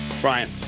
Brian